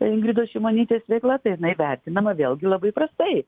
ingridos šimonytės veikla tai jinai vertinama vėlgi labai prastai